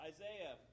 Isaiah